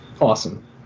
Awesome